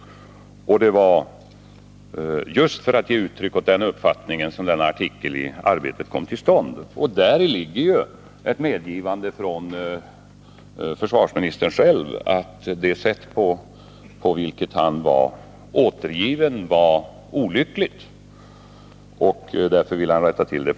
Det var just för att ge uttryck åt den uppfattningen som denna artikel i Arbetet kom till stånd. Däri ligger ju ett medgivande från försvarsministern själv att det sätt på vilket han blev återgiven var olyckligt. Därför ville han rätta till det.